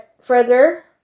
further